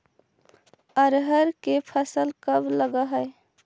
अरहर के फसल कब लग है?